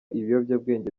ibiyobyabwenge